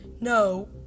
No